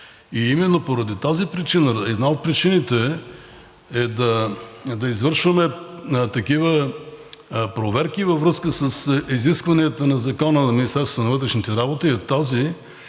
и именно поради тази причина, една от причините да извършваме такива проверки във връзка с изискванията на Закона за Министерството на вътрешните работи е тази